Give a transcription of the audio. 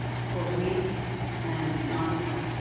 for weeks and months,